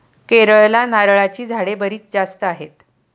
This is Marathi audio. केरळला नारळाची झाडे बरीच जास्त आहेत